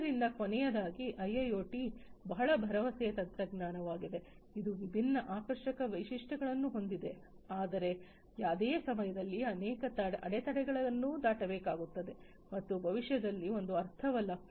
ಆದ್ದರಿಂದ ಕೊನೆಯದಾಗಿ ಐಐಒಟಿ ಬಹಳ ಭರವಸೆಯ ತಂತ್ರಜ್ಞಾನವಾಗಿದೆ ಇದು ವಿಭಿನ್ನ ಆಕರ್ಷಕ ವೈಶಿಷ್ಟ್ಯಗಳನ್ನು ಹೊಂದಿದೆ ಆದರೆ ಅದೇ ಸಮಯದಲ್ಲಿ ಅನೇಕ ಅಡೆತಡೆಗಳನ್ನು ದಾಟಬೇಕಾಗುತ್ತದೆ ಮತ್ತು ಭವಿಷ್ಯದಲ್ಲಿ ಎಂದು ಅರ್ಥವಲ್ಲ